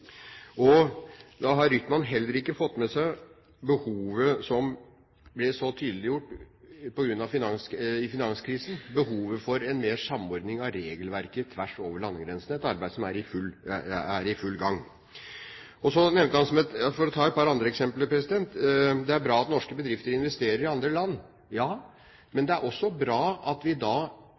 Da har Rytman heller ikke fått med seg det behovet som ble så tydeliggjort i finanskrisen, behovet for mer samordning av regelverket tvers over landegrensene – et arbeid som er i full gang. For å ta et par andre eksempler: Det er bra at norske bedrifter investerer i andre land. Ja, men det er også bra at vi da